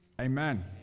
Amen